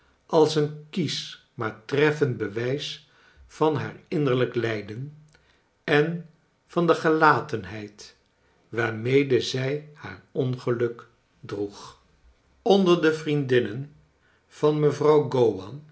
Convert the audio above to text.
als een kiesch maar treffend bewijs van haar innerlijk lijden en van de gelatenheid waarmede zij haar ongeluk droeg onder de vriendinnen van mevrouw